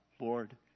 Lord